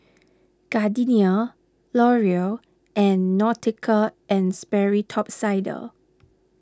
Gardenia Laurier and Nautica and Sperry Top Sider